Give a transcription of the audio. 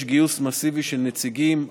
יש גיוס מסיבי של נציגים,